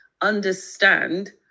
understand